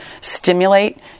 stimulate